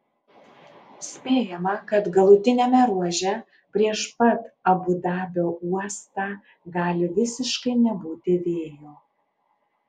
spėjama kad galutiniame ruože prieš pat abu dabio uostą gali visiškai nebūti vėjo